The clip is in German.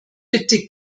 bitte